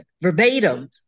verbatim